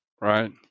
Right